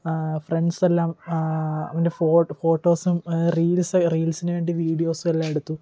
ഫ്രണ്ട്സെല്ലാം അവൻ്റെ ഫോട്ടോസും റീൽസ് റീൽസിന് വേണ്ടി വീഡിയോസും എല്ലാം എടുത്തു